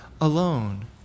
alone